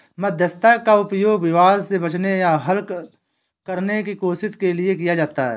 मध्यस्थता का उपयोग विवाद से बचने या हल करने की कोशिश के लिए किया जाता हैं